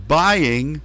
buying